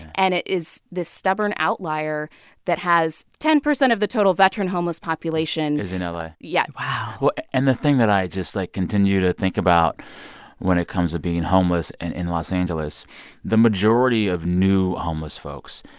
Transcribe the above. and it is this stubborn outlier that has ten percent of the total veteran homeless population. is you know in la yeah wow and the thing that i just, like, continue to think about when it comes to being homeless and in los angeles the majority of new homeless folks,